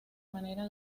manera